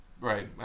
right